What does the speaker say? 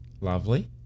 Lovely